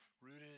rooted